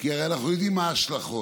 כי הרי אנחנו יודעים מה ההשלכות.